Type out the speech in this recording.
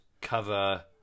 cover